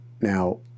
Now